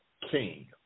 King